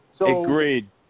Agreed